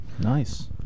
Nice